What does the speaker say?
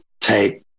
take